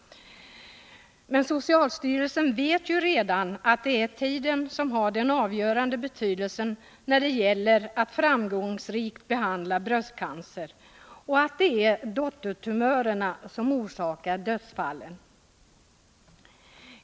Men socialstyrelsen vet redan att det är tiden som har den avgörande betydelsen när det gäller att framgångsrikt behandla bröstcancer och att det är dottertumörerna som orsakar dödsfallen.